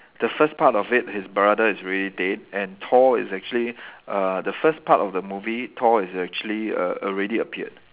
the first part of it his brother is already dead and Thor is actually uh the first part of the movie Thor is actually err already appeared